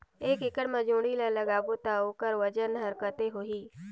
एक एकड़ मा जोणी ला लगाबो ता ओकर वजन हर कते होही?